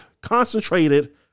concentrated